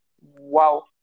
Wow